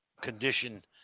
condition